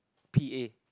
p_a